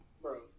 Bro